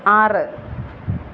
ആറ്